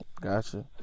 Gotcha